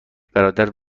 برادر